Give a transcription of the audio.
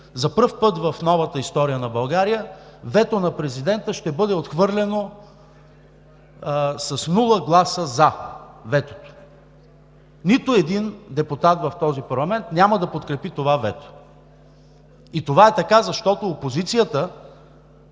за пръв път в новата история на България вето на президента ще бъде отхвърлено с нула гласа „за“ – ветото! Нито един депутат в този парламент няма да подкрепи това вето. И това е така, защото опозицията